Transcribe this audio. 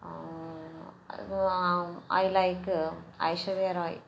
அது I like Aishwarya Rai